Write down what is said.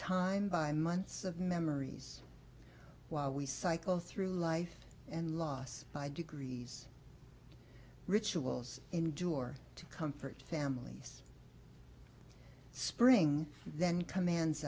time by months of memories while we cycle through life and loss by degrees rituals endure to comfort families spring then commands